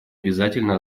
обязательно